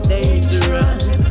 Dangerous